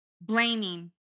blaming